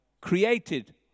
created